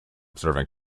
serving